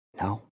No